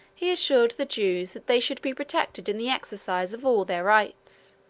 he assured the jews that they should be protected in the exercise of all their rights,